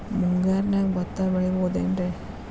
ಮುಂಗಾರಿನ್ಯಾಗ ಭತ್ತ ಬೆಳಿಬೊದೇನ್ರೇ?